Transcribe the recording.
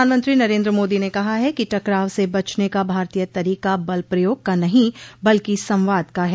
प्रधानमंत्री नरेन्द्र मोदी ने कहा है कि टकराव से बचने का भारतीय तरीका बल प्रयोग का नहीं बल्कि संवाद का है